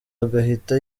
agahita